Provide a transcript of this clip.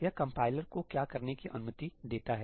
यह कंपाइलर को क्या करने की अनुमति देता है